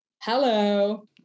hello